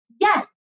yes